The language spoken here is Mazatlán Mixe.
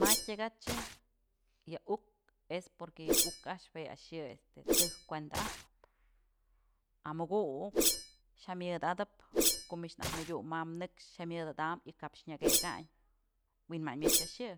Ma'a tyëkachë yë uk es porque yë uk a'ax jua a'ax yë tëjk kuenda a'ajpë amukuk jyamyëdatëp ko'o mich nëdyum mam nëkx jyamyëdadam y kap nyëkëkayn wi'inmayn mëch a'ax yë